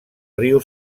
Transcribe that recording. riu